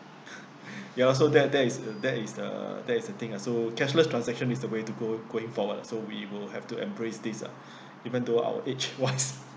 ya lor so that that is that is the that is the thing so cashless transaction is the way to go going forward so we will have to embrace this ah even though our age wise